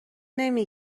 نمی